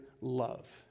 love